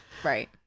right